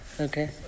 Okay